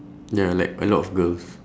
ya like a lot of girls